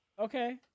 Okay